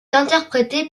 interprété